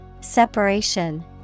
Separation